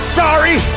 sorry